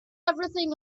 everything